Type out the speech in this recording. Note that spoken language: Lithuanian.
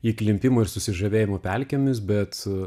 įklimpimo ir susižavėjimo pelkėmis bet